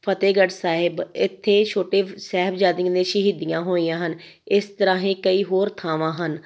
ਫਤਿਹਗੜ੍ਹ ਸਾਹਿਬ ਇੱਥੇ ਛੋਟੇ ਸਾਹਿਬਜ਼ਾਦਿਆਂ ਦੀਆਂ ਸ਼ਹੀਦੀਆਂ ਹੋਈਆਂ ਹਨ ਇਸ ਤਰ੍ਹਾਂ ਹੀ ਕਈ ਹੋਰ ਥਾਵਾਂ ਹਨ